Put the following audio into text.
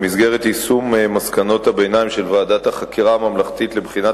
במסגרת יישום מסקנות הביניים של ועדת החקירה הממלכתית לבחינת